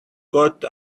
got